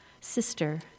sister